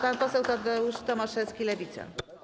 Pan poseł Tadeusz Tomaszewski, Lewica.